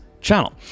channel